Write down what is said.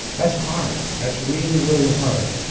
that's hard. that's really, really hard.